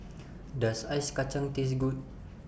Does Ice Kachang Taste Good